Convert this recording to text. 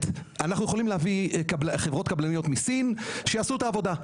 אנחנו יכולים להביא חברות קבלניות מסין שיעשו את העבודה.